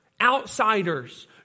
outsiders